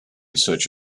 search